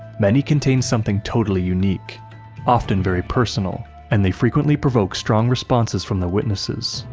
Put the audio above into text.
many contain something totally unique often very personal and they frequently provoke strong responses from the witnesses,